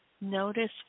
Notice